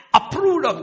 approved